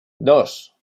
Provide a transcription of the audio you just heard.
dos